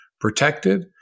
protected